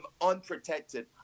unprotected